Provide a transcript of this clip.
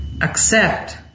accept